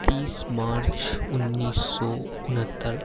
تیس مارچ انیس سو انہتر